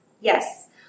yes